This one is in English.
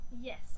Yes